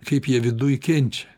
kaip jie viduj kenčia